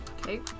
Okay